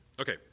Okay